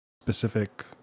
specific